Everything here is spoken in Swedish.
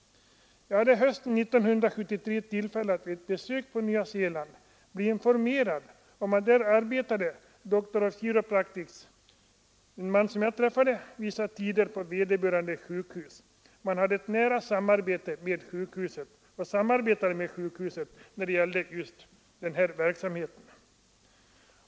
Hösten 1973 hade jag tillfälle att besöka Nya Zeeland och blev då informerad om hur dessa Doctors of Chiropractic där arbetade. Den man som jag sammanträffade med talade om att man hade ett nära samarbete mellan dessa Doctors of Chiropractic och läkarna på sjukhuset.